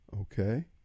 Okay